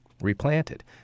replanted